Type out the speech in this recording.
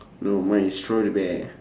no mine is throw the bear